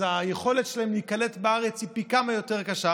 אז היכולת שלהם להיקלט בארץ היא פי כמה יותר קשה.